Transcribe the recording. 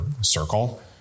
circle